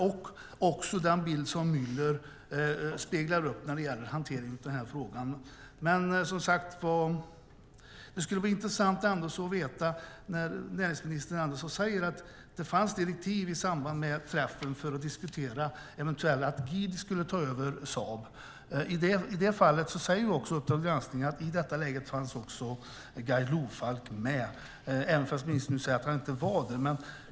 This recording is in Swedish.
Dessutom har vi den bild som Muller visar upp vad gäller hanteringen av den här frågan. Näringsministern säger att det fanns direktiv i samband med att man skulle diskutera om Geely skulle ta över Saab. Uppdrag granskning säger att också Guy Lofalk var med då, medan ministern nu säger att han inte var det.